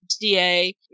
DA